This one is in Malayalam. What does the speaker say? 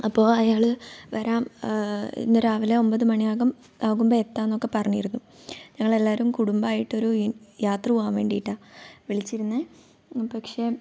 അപ്പോൾ അയാൾ വരാം ഇന്ന് രാവിലെ ഒൻപത് മണി ആകും ആകുമ്പോൾ എത്താം എന്നൊക്കെ പറഞ്ഞിരുന്നു ഞങ്ങൾ എല്ലാവരും കുടുംബമായിട്ട് ഒരു യാത്ര പോകാൻ വേണ്ടിയിട്ട് വിളിച്ചിരുന്നത് പക്ഷേ